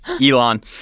Elon